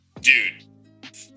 Dude